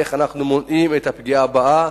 איך אנחנו מונעים את הפגיעה הבאה,